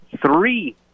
three